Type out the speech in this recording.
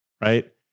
right